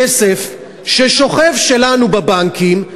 כסף שלנו ששוכב בבנקים,